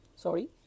Sorry